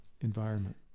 environment